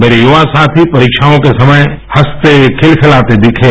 मेरे युवा साथी परीक्षाओं के समय हंसते खिलखिलाते दिखें